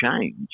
change